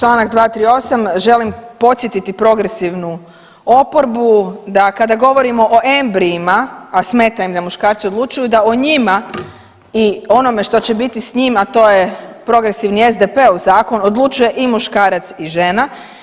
Članak 238., želim posjetiti progresivnu oporbu da kada govorimo o embrijima, a smeta im da muškarci odlučuju da o njima i onome što će biti s njima to je progresivni SDP u zakon odlučuje i muškarac i žena.